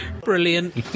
Brilliant